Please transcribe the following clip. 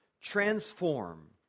transform